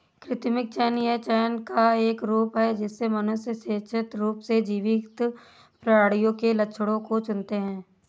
कृत्रिम चयन यह चयन का एक रूप है जिससे मनुष्य सचेत रूप से जीवित प्राणियों के लक्षणों को चुनते है